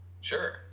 Sure